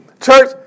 church